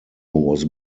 was